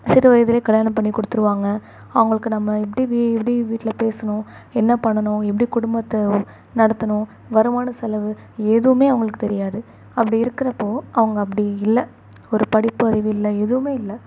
சிறுவயதிலே கல்யாணம் பண்ணி கொடுத்துருவாங்க அவங்களுக்கு நம்ம எப்படி வீ எப்டி வீட்டில பேசணும் என்ன பண்ணணும் எப்படி குடும்பத்தை நடத்தணும் வருமான செலவு எதுவுமே அவங்களுக்கு தெரியாது அப்படி இருக்கிறப்போ அவங்க அப்படி இல்லை ஒரு படிப்பறிவு இல்லை எதுவுமே இல்லை